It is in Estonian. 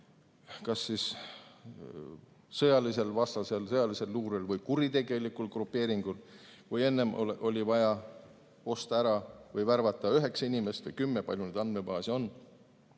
kui kas sõjalisel vastasel, sõjalisel luurel või kuritegelikul grupeeringul oli enne vaja osta ära või värvata üheksa inimest või kümme, kui palju neid andmebaase